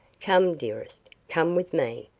come, dearest, come with me.